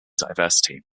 diversity